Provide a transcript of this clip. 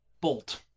bolt